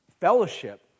fellowship